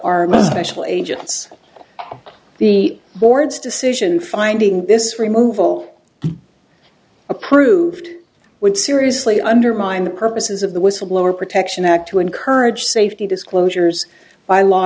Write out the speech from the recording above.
special agents the board's decision finding this remove all approved would seriously undermine the purposes of the whistleblower protection act to encourage safety disclosures by law